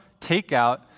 takeout